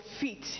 feet